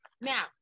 now